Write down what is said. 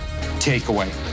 takeaway